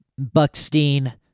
Buckstein